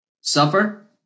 suffer